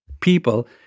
people